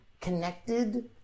connected